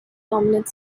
dominant